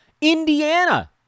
Indiana